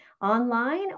online